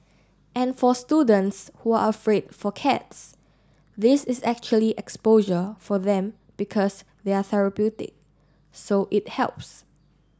and for students who are afraid for cats this is actually exposure for them because they're therapeutic so it helps